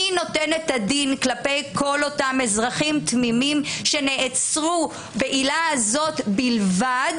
מי נותן את הדין כלפי כל אותם אזרחים תמימים שנעצרו בעילה הזאת בלבד,